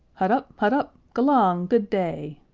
huddup! huddup! g'lang good-day!